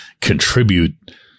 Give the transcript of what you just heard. contribute